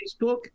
Facebook